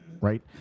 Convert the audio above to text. right